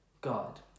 God